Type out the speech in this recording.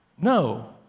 No